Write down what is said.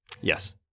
Yes